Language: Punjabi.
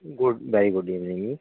ਗੁੱਡ ਵੈਰੀ ਗੁੱਡ ਈਵਨਿੰਗ ਜੀ